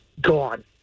gone